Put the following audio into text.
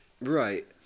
Right